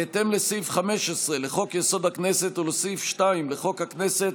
בהתאם לסעיף 15 לחוק-יסוד: הכנסת ולסעיף 2 לחוק הכנסת,